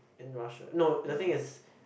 in Russia no the thing is